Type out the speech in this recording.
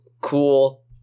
cool